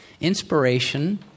Inspiration